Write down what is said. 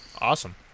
Awesome